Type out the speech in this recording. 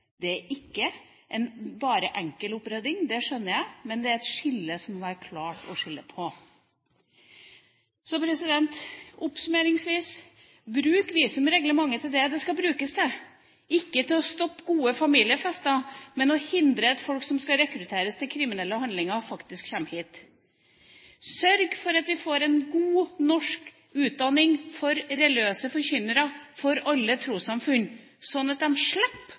Det er ikke bare en enkel opprydding, det skjønner jeg, men det er et skille som må være klart. Så oppsummeringsvis: Bruk visumreglementet til det det skal brukes til – ikke til å stoppe gode familiefester, men til å hindre at folk som skal rekruttere til kriminelle handlinger, faktisk kommer hit. Sørg for at vi får en god norsk utdanning for religiøse forkynnere for alle trossamfunn, slik at de slipper